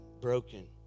broken